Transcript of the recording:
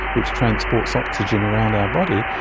which transports oxygen around our body,